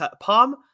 Palm